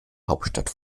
hauptstadt